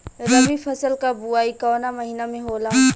रबी फसल क बुवाई कवना महीना में होला?